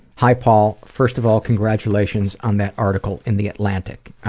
hi, paul. first of all, congratulations on that article in the atlantic.